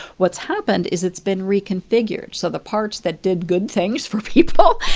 what's happened is it's been reconfigured. so the parts that did good things for people,